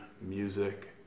music